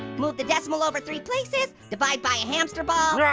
move the decimal over three places, divide by a hamster ball.